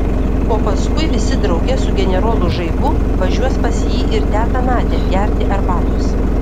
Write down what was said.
o paskui visi drauge su generolu žaibu važiuos pas jį ir tetą nadią gerti arbatos